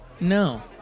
No